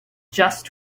just